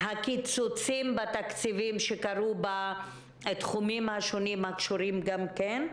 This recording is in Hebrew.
הקיצוצים בתקציבים שקרו בתחומים השונים הקשורים גם כן,